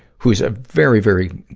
who's a very, very,